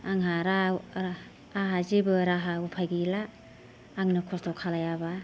आंहा राव आंहा जेबो राहा उपाय गैला आंनो खस्थ' खालामाबा